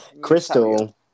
Crystal